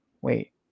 Wait